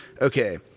okay